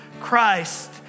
Christ